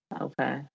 Okay